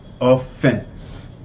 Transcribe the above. offense